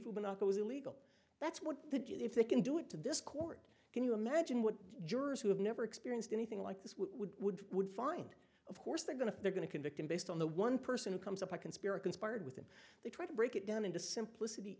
maybe it was illegal that's what the judge if they can do it to this court can you imagine what jurors who have never experienced anything like this would would would find of course they're going to they're going to convict him based on the one person who comes up i can spirit conspired with him they try to break it down into simplicity